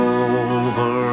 over